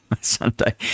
Sunday